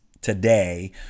today